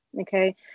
Okay